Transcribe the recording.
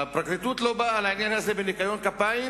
הפרקליטות לא באה לעניין הזה בניקיון כפיים